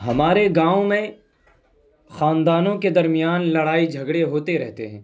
ہمارے گاؤں میں خاندانوں کے درمیان لڑائی جھگڑے ہوتے رہتے ہیں